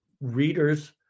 readers